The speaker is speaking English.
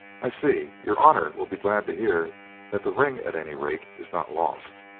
i see. your honour will be glad to hear that the ring, at any rate, is not lost.